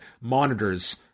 monitors